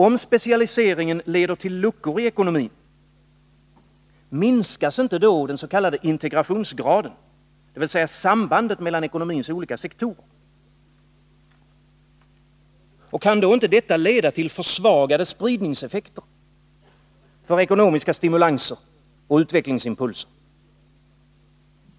Om specialiseringen leder till luckor i ekonomin, minskas inte då den s.k. integrationsgraden, dvs. sambandet mellan ekonomins olika sektorer? Och kan inte detta leda till försvagade spridningseffekter för ekonomiska stimulanser och utvecklingsimpulser?